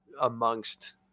amongst